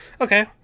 Okay